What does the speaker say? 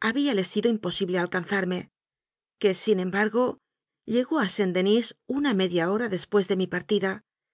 habíale sido imposible alcanzarme que sin embargo llegó a saint-denis una media hora después de mi parti